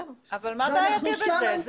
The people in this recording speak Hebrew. אבל מה בעייתי בזה?